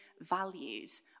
values